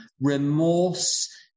remorse